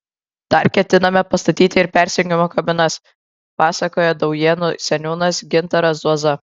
dar ketiname pastatyti ir persirengimo kabinas pasakoja daujėnų seniūnas gintaras zuoza